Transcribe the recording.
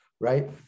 right